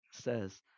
says